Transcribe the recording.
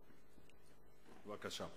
בבקשה.